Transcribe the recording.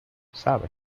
sabe